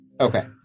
Okay